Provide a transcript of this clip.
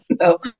No